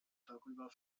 darüber